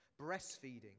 Breastfeeding